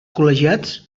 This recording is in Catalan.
col·legiats